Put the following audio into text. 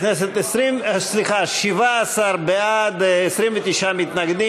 מיכאלי, איתן כבל,